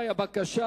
הבקשה